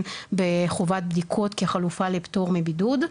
בחובת בדיקות כחלופה לפטור מבידוד,